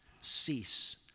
cease